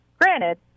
Granted